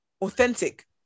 authentic